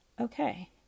Okay